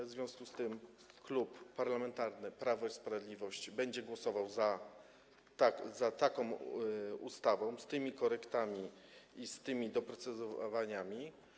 W związku z tym Klub Parlamentarny Prawo i Sprawiedliwość będzie głosował za ustawą z tymi korektami i tymi doprecyzowaniami.